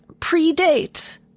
predates